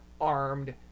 armed